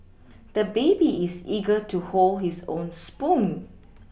the baby is eager to hold his own spoon